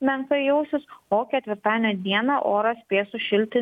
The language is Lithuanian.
menka jausis o ketvirtadienio dieną oras spės sušilti